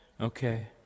Okay